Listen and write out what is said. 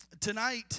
Tonight